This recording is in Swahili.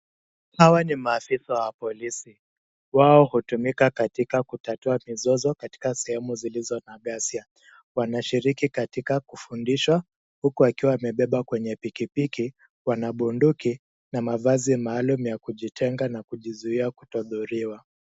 Hawa ni maafisa wa polisi. Wao hutumika katika kutatua mizozo katika sehemu zilizo na ghasia. Wanashiriki katika kufundishwa huku wakiwa wamebebwa kwenye pikipiki, wanabunduki na mavai maalumu ya kujitenga na kujizuia kutodhuriwa.